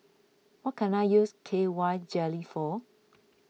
what can I use K Y jelly for